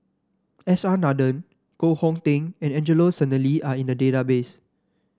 S R Nathan Koh Hong Teng and Angelo Sanelli are in the database